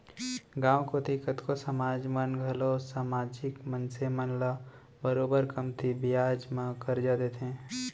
गॉंव कोती कतको समाज मन घलौ समाजिक मनसे मन ल बरोबर कमती बियाज म करजा देथे